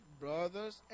brothers